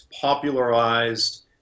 popularized